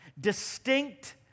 distinct